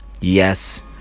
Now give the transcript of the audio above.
Yes